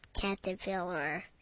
caterpillar